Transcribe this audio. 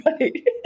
right